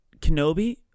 Kenobi